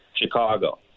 Chicago